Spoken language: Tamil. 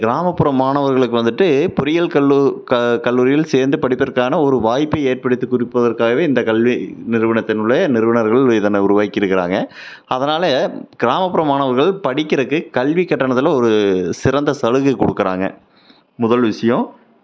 கிராமப்புற மாணவர்களுக்கு வந்துவிட்டு பொறியியல் கல்லூரி க கல்லூரியில் சேர்ந்து படிப்பதற்கான ஒரு வாய்ப்பை ஏற்படுத்தி கொடுப்பதற்காகவே இந்த கல்வி இந்த நிறுவனத்தின்னுள்ளே நிறுவனர்கள் இதனை உருவாக்கி இருக்கிறாங்க அதனால் கிராமப்புற மாணவர்கள் படிக்கிறதுக்கு கல்விக் கட்டணத்தில் ஒரு சிறந்த சலுகை கொடுக்குறாங்க முதல் விஷியம்